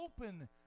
open